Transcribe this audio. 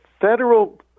federal